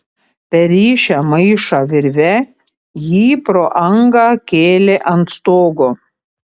perrišę maišą virve jį pro angą kėlė ant stogo